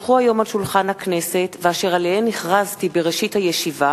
שהונחו היום על שולחן הכנסת ואשר עליהן הכרזתי בראשית הישיבה,